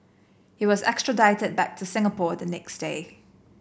he was extradited back to Singapore the next day